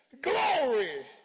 glory